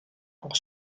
pour